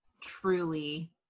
truly